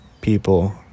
people